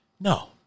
no